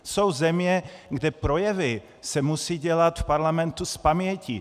Jsou země, kde projevy se musí dělat v parlamentu zpaměti.